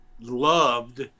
loved